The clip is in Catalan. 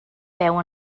veu